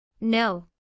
No